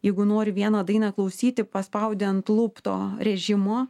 jeigu nori vieną dainą klausyti paspaudi ant lūp to rėžimo